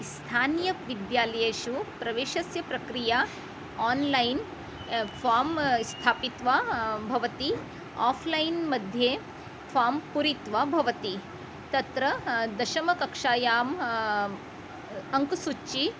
स्थानीयविद्यालयेषु प्रवेशस्य प्रक्रिया online form स्थापयित्वा भवति आफ़्लैन् मध्ये फ़ार्म् पूरयित्वा भवति तत्र दशमकक्षायाम् अङ्कसूची